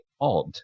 odd